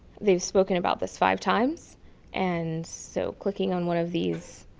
they've spoken about this five times and so clicking on one of these